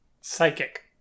Psychic